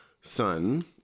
son